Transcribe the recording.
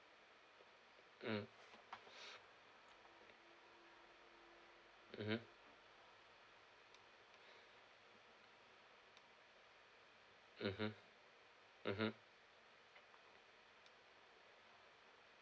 mm mmhmm mmhmm mmhmm